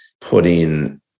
putting